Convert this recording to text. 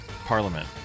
Parliament